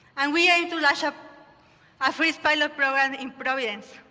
and we aim to like um our free pilot program in providence.